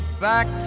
back